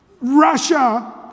Russia